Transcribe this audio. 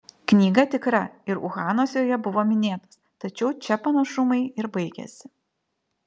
knyga tikra ir uhanas joje buvo minėtas tačiau čia panašumai ir baigiasi